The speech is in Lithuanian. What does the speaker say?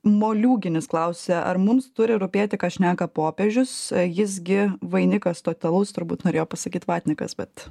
moliūginis klausia ar mums turi rūpėti ką šneka popiežius jis gi vainikas totalus turbūt norėjo pasakyt vatnikas bet